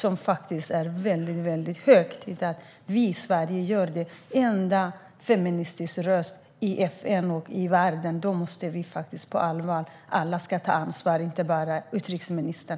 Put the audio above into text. Om nu Sverige är den enda feministiska rösten i FN och världen måste vi visa allvar i denna fråga. Alla ska ta ansvar, inte bara utrikesministern.